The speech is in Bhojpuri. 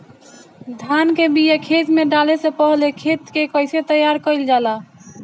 धान के बिया खेत में डाले से पहले खेत के कइसे तैयार कइल जाला?